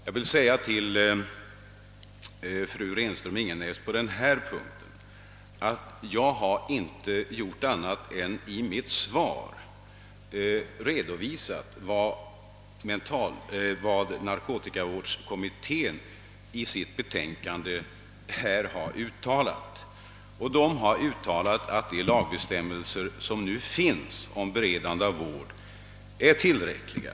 Jag vill på den punkten säga till fru Renström-Ingenäs att jag i mitt svar endast redovisat vad narkomanvårdskommittén i sitt betänkande har uttalat, nämligen att de nuvarande bestämmelserna om beredande av vård är tillräckliga.